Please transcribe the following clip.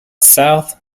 south